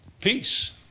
Peace